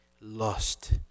lost